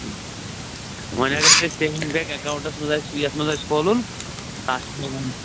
وۅنۍ اگر تۄہہِ سیوِنٛگ بینٛک اٮ۪کاوُنٛٹَس منٛز آسہِ یَتھ منٛز آسہِ کھولُن تَتھ چھُ لگان